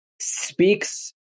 speaks